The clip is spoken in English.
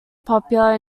popular